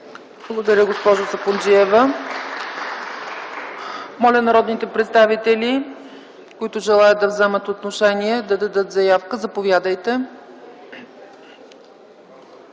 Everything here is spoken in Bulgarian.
Благодаря Ви, госпожо Сапунджиева. Моля народните представители, които желаят да вземат отношение, да дадат заявка. Заповядайте,